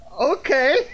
okay